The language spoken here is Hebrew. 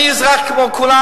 אני אזרח כמו כולם,